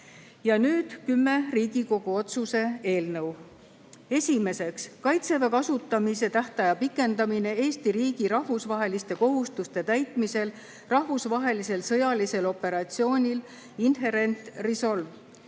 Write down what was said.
nüüd kümme Riigikogu otsuse eelnõu. Esiteks, "Kaitseväe kasutamise tähtaja pikendamine Eesti riigi rahvusvaheliste kohustuste täitmisel rahvusvahelisel sõjalisel operatsioonil Inherent Resolve".